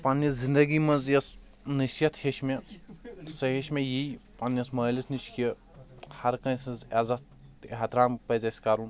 پَننہِ زندگی منٛز یۄس نٔصیٖحت ہیٚچھ مے سۄ ہیٚچھ مے یی پَننِس مٲلِس نِش کہِ ہَر کٲنٛسہِ ہِنٛز عزَت تہٕ احتِرام پَزِ اسۍ کَرُن